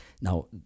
now